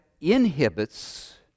inhibits